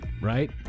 right